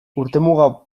urtemugako